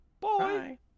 Bye